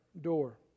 door